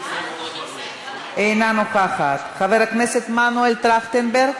אינה נוכחת, חבר הכנסת מנואל טרכטנברג,